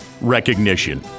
recognition